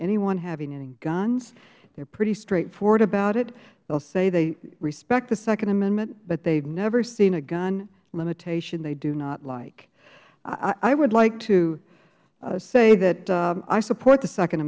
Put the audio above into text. anyone having any guns they're pretty straightforward about it they'll say they respect the second amendment but they've never seen a gun limitation they do not like i would like to say that i support the second